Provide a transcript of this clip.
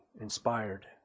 inspired